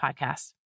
podcast